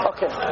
Okay